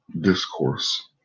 discourse